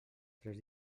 tres